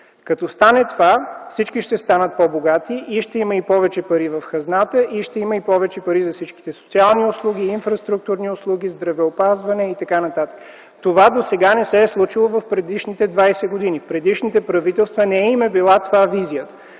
Като стане това всички ще станат по-богати и ще има и повече пари в хазната, и ще има повече пари за всички – социални услуги, инфраструктурни услуги, здравеопазване и така нататък. Това досега не се е случило в предишните двадесет години. На предишните правителства не им е била това визията.